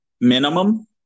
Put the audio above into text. minimum